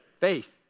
Faith